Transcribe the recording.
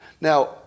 Now